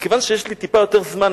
כיוון שיש לי טיפה יותר זמן,